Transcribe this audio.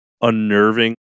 unnerving